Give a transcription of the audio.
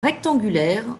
rectangulaires